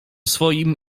swoim